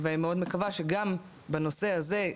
אני מאוד מקווה שגם בנושא הזה,